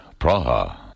Praha